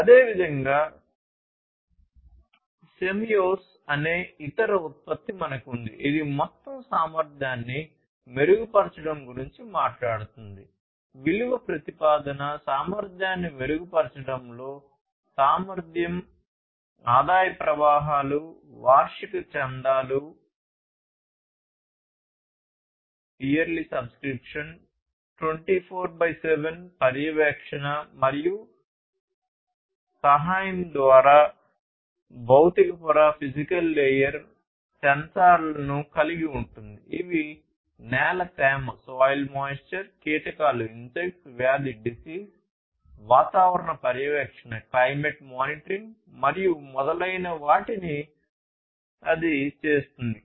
అదేవిధంగా సెమియోస్ మరియు మొదలైన వాటిన్ అది చేస్తుంది